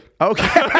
Okay